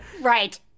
Right